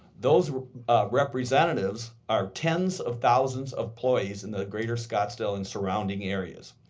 those representatives are tens of thousands of employees in the greater scottsdale and surrounding areas.